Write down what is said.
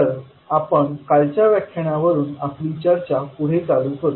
तर आपण कालच्या व्याख्याना वरून आपली चर्चा पुढे चालू करु